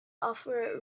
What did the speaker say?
offer